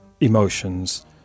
emotions